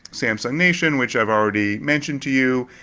samsung nation which i've already. mentioned to you,